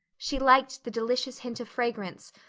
she liked the delicious hint of fragrance,